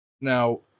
Now